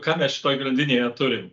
ką mes šitoj grandinėje turim